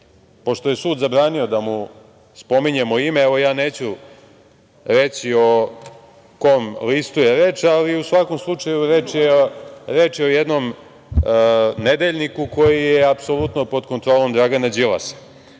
pošto je sud zabranio da mu spominjemo ime, evo ja neću reći o kom listu je reč, ali u svakom slučaju reč je o jednom nedeljniku koji je apsolutno pod kontrolom Dragana Đilasa. Tu